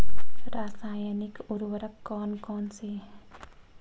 रासायनिक उर्वरक कौन कौनसे हैं?